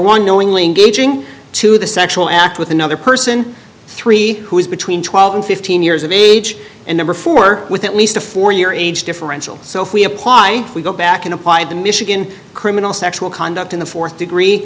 one knowingly gaging to the sexual act with another person three who is between twelve and fifteen years of age and number four with at least a four year age differential so if we apply we go back and apply the michigan criminal sexual conduct in the th degree